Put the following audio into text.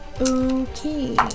Okay